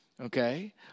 okay